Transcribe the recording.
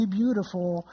beautiful